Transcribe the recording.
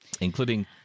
including